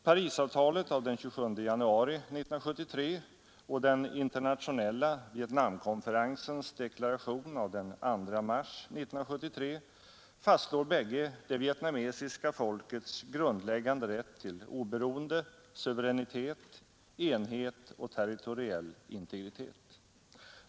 Parisavtalet av den 27 januari 1973 och den internationella Vietnamkonferensens deklaration av den 2 mars 1973 fastslår bägge det vietnamesiska folkets grundläggande rätt till oberoende, suveränitet, enhet och territoriell integritet.